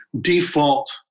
default